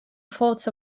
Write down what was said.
forts